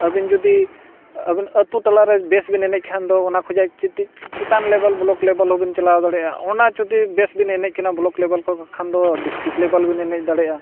ᱟᱹᱵᱤᱱ ᱡᱩᱫᱤ ᱟᱹᱵᱤᱱ ᱟᱛᱳ ᱴᱚᱞᱟᱨᱮ ᱵᱮᱥ ᱵᱤᱱ ᱮᱱᱮᱡ ᱠᱷᱟᱱ ᱫᱚ ᱚᱱᱟ ᱠᱷᱚᱱᱟᱜ ᱪᱮᱫ ᱪᱮᱛᱟᱱ ᱞᱮᱵᱮᱞ ᱵᱞᱚᱠ ᱞᱮᱵᱮᱞ ᱦᱚᱸᱵᱮᱱ ᱪᱟᱞᱟᱣ ᱫᱟᱲᱮᱭᱟᱜᱼᱟ ᱚᱱᱟ ᱡᱩᱫᱤ ᱵᱮᱥ ᱵᱤᱱ ᱮᱱᱮᱡ ᱠᱟᱱᱟ ᱵᱞᱚᱠ ᱞᱮᱵᱮᱞ ᱠᱚ ᱠᱷᱟᱱ ᱫᱚ ᱰᱤᱥᱴᱨᱤᱠᱴ ᱞᱮᱵᱮᱞ ᱵᱤᱱ ᱮᱱᱮᱡ ᱫᱟᱲᱮᱭᱟᱜᱼᱟ